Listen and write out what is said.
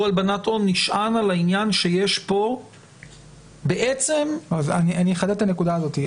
הלבנת הון נשען על העניין שיש פה -- אני אחדד את הנקודה הזאת: